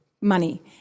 money